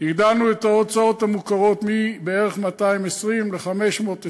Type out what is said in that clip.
הגדלנו את ההוצאות המוכרות מבערך 220 ל-520.